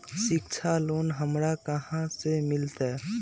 शिक्षा लोन हमरा कहाँ से मिलतै?